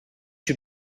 you